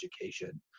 education